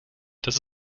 das